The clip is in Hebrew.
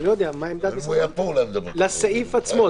אני לא יודע מה עמדת משרד הבריאות - לסעיף עצמו,